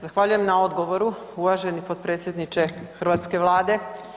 Zahvaljujem na odgovoru uvaženi potpredsjedniče hrvatske vlade.